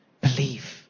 Believe